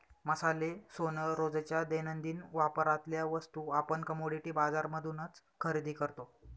मसाले, सोन, रोजच्या दैनंदिन वापरातल्या वस्तू आपण कमोडिटी बाजार मधूनच खरेदी करतो